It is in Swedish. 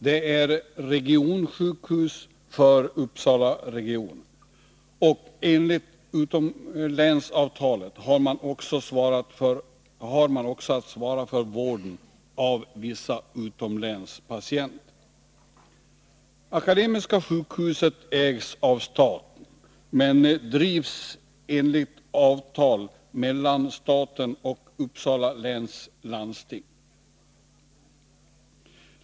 Det är regionsjukhus för Uppsalaregionen. Enligt utomlänsavtalet har man också att svara för vården av vissa utomlänspatienter. Akademiska sjukhuset ägs av staten men drivs enligt avtal mellan staten och Uppsala läns landsting.